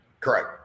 correct